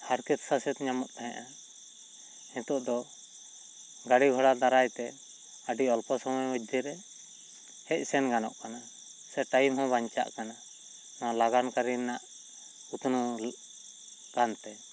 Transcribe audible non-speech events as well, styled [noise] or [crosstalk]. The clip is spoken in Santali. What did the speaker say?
ᱦᱟᱨᱠᱮᱛ ᱥᱟᱥᱮᱫ ᱧᱟᱢᱚᱜ ᱛᱟᱦᱮᱸᱜᱼᱟ ᱱᱤᱛᱚᱜ ᱫᱚ ᱜᱟᱹᱲᱤ ᱜᱷᱚᱲᱟ ᱫᱟᱨᱟᱭ ᱛᱮ ᱟᱹᱰᱤ ᱚᱞᱯᱚ ᱥᱚᱢᱚᱭ ᱢᱚᱤᱛᱫᱷᱮ ᱨᱮ ᱦᱮᱡ ᱥᱮᱱ ᱜᱟᱱᱚᱜ ᱠᱟᱱᱟ ᱥᱮ ᱴᱟᱭᱤᱢ ᱦᱚᱸ ᱵᱟᱱᱪᱟᱜ ᱠᱟᱱᱟ ᱱᱚᱣᱟ ᱞᱟᱜᱟᱱ ᱠᱟᱹᱨᱤ ᱨᱮᱱᱟᱜ ᱩᱛᱱᱟᱹᱣ [unintelligible] ᱟᱠᱟᱱ ᱛᱮ